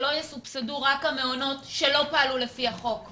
שלא יסובסדו רק המעונות שלא פעלו לפי החוק.